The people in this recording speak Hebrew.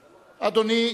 אדוני,